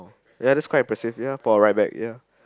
ya that impressive ya for a ride back ya